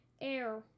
air